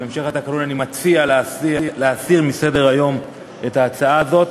ובהמשך לתקנון אני מציע להסיר מסדר-היום את ההצעה הזאת,